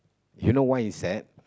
you know why he sad